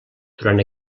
durant